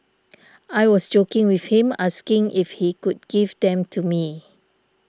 I was joking with him asking if he could give them to me